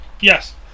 Yes